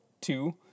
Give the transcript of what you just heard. two